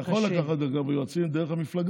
אתה יכול לקחת, אגב, יועצים, דרך המפלגה.